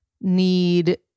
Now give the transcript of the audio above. need